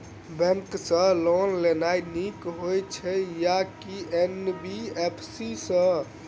Bank सँ loan लेनाय नीक होइ छै आ की एन.बी.एफ.सी सँ?